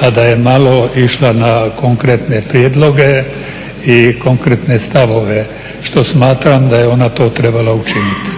a da je malo išla na konkretne prijedloge i konkretne stavove što smatram da je ona to trebala učiniti.